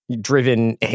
driven